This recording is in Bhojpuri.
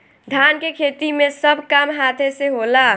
धान के खेती मे सब काम हाथे से होला